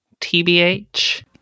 TBH